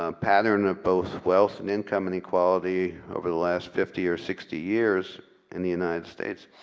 ah pattern of both wealth and income and equality over the last fifty or sixty years in the united states.